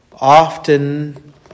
often